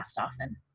often